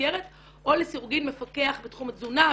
המסגרת או לחלוטין מפקח בתחום התזונה,